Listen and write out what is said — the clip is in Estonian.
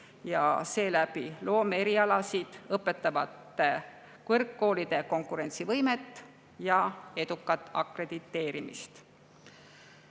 ja seeläbi loomeerialasid õpetavate kõrgkoolide konkurentsivõimet ja edukat akrediteerimist.